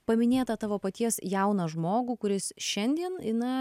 paminėtą tavo paties jauną žmogų kuris šiandien na